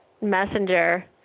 Messenger